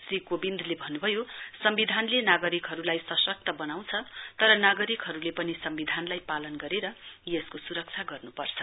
श्री कोविन्दले भन्न्भयो सम्विधानले नागरिकहरुलाई सश्कत वनाउँछ तर नागरिकहरुले पनि सम्विधानलाई पालन गरेर यसको सुरक्षा गर्नुपर्छ